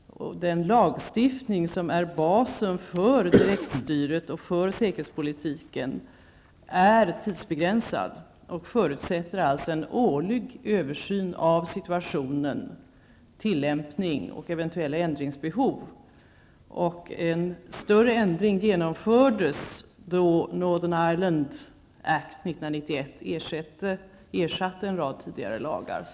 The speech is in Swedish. Den lagstiftning som är basen för direktstyret och för säkerhetspolitiken är tidsbegränsad och förutsätter alltså en årlig översyn av situationen, tillämpningen och eventuella ändringsbehov. En större ändring genomfördes då Northern Ireland Act 1991 ersatte en rad tidigare lagar.